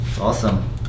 Awesome